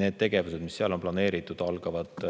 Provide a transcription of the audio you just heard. need tegevused, mis seal on planeeritud, algavad